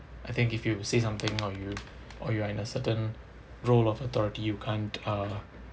I think if you say something or you or you are in a certain role of authority you can't uh